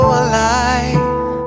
alive